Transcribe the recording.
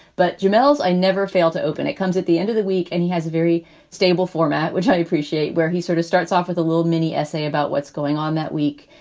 but janell's i never fail to open. it comes at the end of the week. and he has a very stable format, which i appreciate, where he sort of starts off with a little mini essay about what's going on that week.